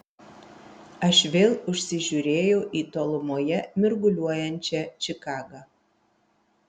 aš vėl užsižiūrėjau į tolumoje mirguliuojančią čikagą